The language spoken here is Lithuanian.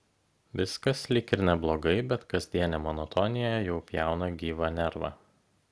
viskas lyg ir neblogai bet kasdienė monotonija jau pjauna gyvą nervą